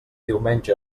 diumenge